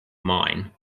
mine